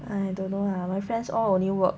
I don't know lah my friends all only work